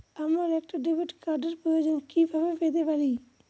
আমার একটা ডেবিট কার্ডের প্রয়োজন কিভাবে পেতে পারি?